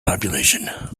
population